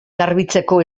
garbitzeko